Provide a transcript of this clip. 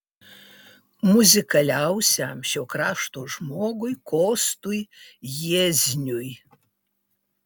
muzikaliausiam šio krašto žmogui kostui jiezniui